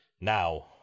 now